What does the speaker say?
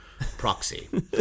proxy